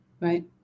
right